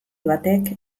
batek